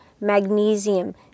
magnesium